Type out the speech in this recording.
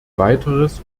weiteres